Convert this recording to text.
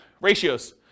Ratios